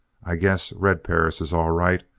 i guess red perris is all right.